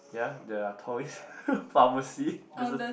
yeah there are toys pharmacy doesn't